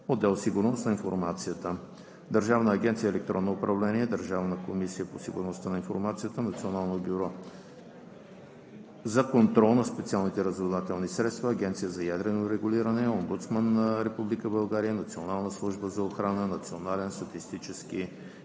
отдел „Сигурност на информацията“, Държавната агенция „Електронно управление“, Държавната комисия по сигурност на информацията, Националното бюро за контрол на специалните разузнавателни средства, Агенцията за ядрено регулиране, Омбудсмана на Република България, Националната служба за охрана, Националния статистически институт.